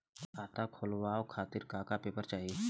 खाता खोलवाव खातिर का का पेपर चाही?